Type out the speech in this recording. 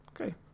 okay